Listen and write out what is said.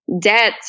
debt